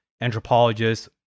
Anthropologists